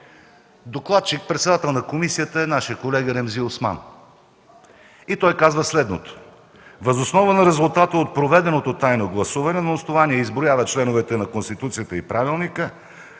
Докладчик, председател на комисията, е нашият колега Ремзи Осман. И той казва следното: